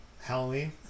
Halloween